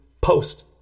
post